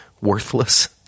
worthless